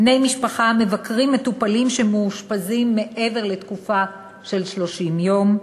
בני-משפחה המבקרים מטופלים שמאושפזים מעבר לתקופה של 30 יום,